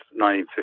1950